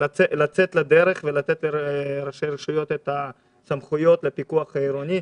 לצאת לדרך ולתת לראשי הרשויות את הסמכויות לפיקוח העירוני.